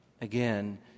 again